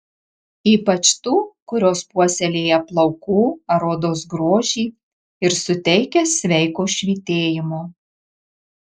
ypač tų kurios puoselėja plaukų ar odos grožį ir suteikia sveiko švytėjimo